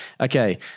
Okay